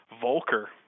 Volker